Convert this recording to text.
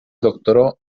doctoró